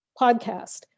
podcast